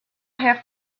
have